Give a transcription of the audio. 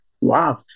wow